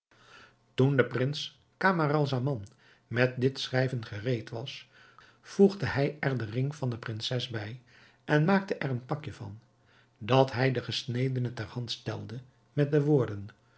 toen de prins camaralzaman met dit schrijven gereed was voegde hij er den ring van de prinses bij en maakte er een pakje van dat hij den gesnedene ter hand stelde met de woorden